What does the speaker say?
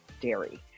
dairy